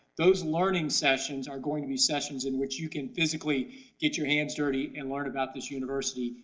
those learning sessions are going these sessions in which you can physically get your hands dirty and learn about this university,